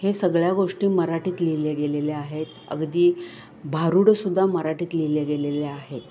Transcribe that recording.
हे सगळ्या गोष्टी मराठीत लिहिले गेलेल्या आहेत अगदी भारुडसुद्धदा मराठीत लिहिले गेलेले आहेत